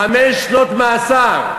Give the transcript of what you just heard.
חמש שנות מאסר.